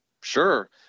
Sure